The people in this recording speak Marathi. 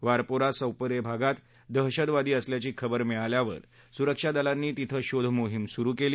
वारपोरा सोपोरे भागात दहशतवादी असल्याची खबर मिळाल्यावर सुरक्षा दलांनी तिथं शोध मोहीम सुरु केली